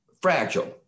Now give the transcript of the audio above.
fragile